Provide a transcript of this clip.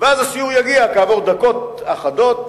ואז הסיור יגיע כעבור דקות אחדות,